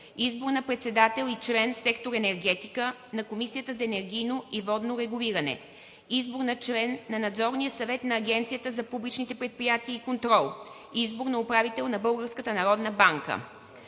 Избор на председател и член – сектор „Енергетика“, на Комисията за енергийно и водно регулиране. Избор на член на Надзорния съвет на Агенцията за публичните предприятия и контрол. Избор на управител на